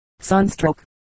Sunstroke